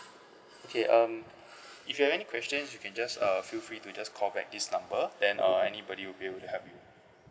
okay um if you have any question you can just uh feel free to just call back this number then uh anybody will be able to help you